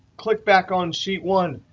click back on sheet one.